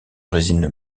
résine